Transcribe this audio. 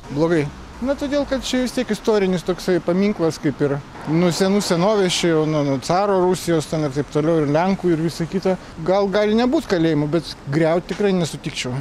blogai na todėl kad čia vis tiek istorinis toksai paminklas kaip ir nuo senų senovės čia jau nuo nuo caro rusijos ten ir taip toliau ir lenkų ir visa kita gal gali nebūt kalėjimo bet griaut tikrai nesutikčiau